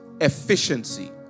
efficiency